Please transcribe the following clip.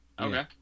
okay